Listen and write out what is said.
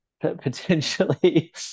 potentially